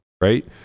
right